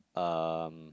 um